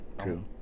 true